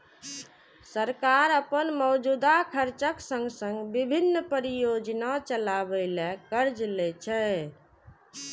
सरकार अपन मौजूदा खर्चक संग संग विभिन्न परियोजना चलाबै ले कर्ज लै छै